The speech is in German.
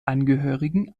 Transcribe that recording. angehörigen